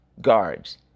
guards